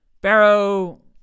Barrow